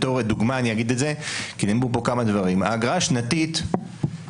אגיד בתור דוגמה כי נאמרו פה כמה דברים: האגרה השנתית היא